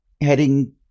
heading